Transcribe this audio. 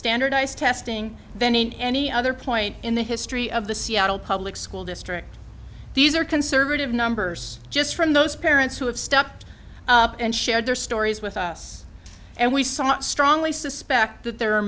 standardized testing than in any other point in the history of the seattle public school district these are conservative numbers just from those parents who have stepped up and shared their stories with us and we saw strongly suspect that there are